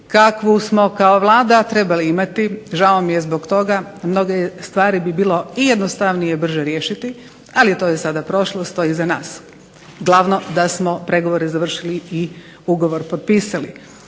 kakvu smo kao Vlada trebali imati. Žao mi je zbog toga. Mnoge stvari bi bilo i jednostavnije i brže riješiti. Ali to je sada prošlost. To je iza nas. Glavno da smo pregovore završili i ugovor potpisali.